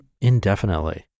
indefinitely